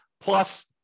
Plus